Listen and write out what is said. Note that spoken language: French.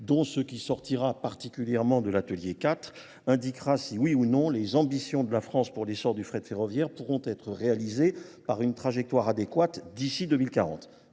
dont ce qui sortira particulièrement de l'Atelier 4 indiquera si oui ou non les ambitions de la France pour l'essor du frais de ferroviaire pourront être réalisées par une trajectoire adéquate d'ici 2040.